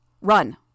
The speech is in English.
Run